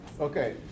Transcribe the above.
Okay